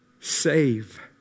Save